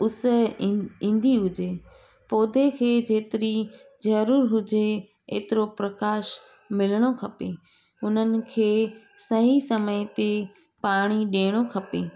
उस ईं ईंदी हुजे पौधे खे जेतिरी ज़रूरु हुजे एतिरो प्रकाश मिलिणो खपे उन्हनि खे सही समय ते पाणी ॾियणो खपे